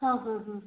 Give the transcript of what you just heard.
ହଁ ହଁ ହଁ